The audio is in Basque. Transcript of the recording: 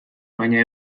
baina